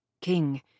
King